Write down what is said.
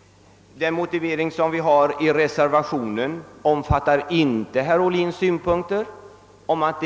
— mellan det enskilda näringslivet och staten har vi inte kunnat få någon förklaring på. tionen tar inte upp herr Ohlins synpunkter att